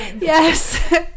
Yes